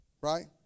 right